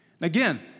Again